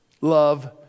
Love